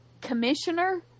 commissioner